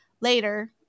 later